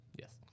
Yes